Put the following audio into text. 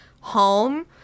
home